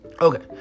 Okay